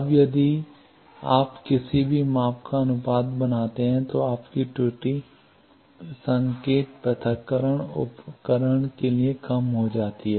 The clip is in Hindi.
अब यदि आप किसी भी माप का अनुपात बनाते हैं तो आपकी त्रुटि संकेत पृथक्करण उपकरण के लिए कम हो जाती है